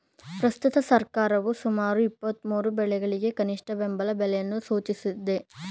ಪ್ರಸ್ತುತ ಸರ್ಕಾರವು ಸುಮಾರು ಇಪ್ಪತ್ಮೂರು ಬೆಳೆಗಳಿಗೆ ಕನಿಷ್ಠ ಬೆಂಬಲ ಬೆಲೆಯನ್ನು ಸೂಚಿಸಿದೆ